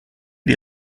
die